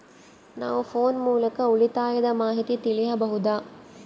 ನಾವು ಫೋನ್ ಮೂಲಕ ಉಳಿತಾಯದ ಮಾಹಿತಿ ತಿಳಿಯಬಹುದಾ?